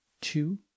two